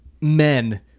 men